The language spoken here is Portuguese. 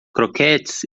croquetes